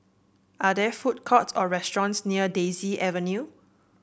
are there food courts or restaurants near Daisy Avenue